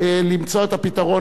למצוא את הפתרון,